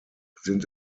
sind